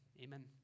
amen